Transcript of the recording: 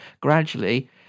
gradually